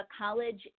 college